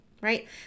Right